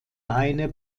eine